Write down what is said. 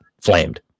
flamed